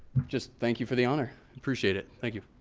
just thank you for the honor. appreciate it. thank you